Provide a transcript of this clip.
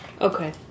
Okay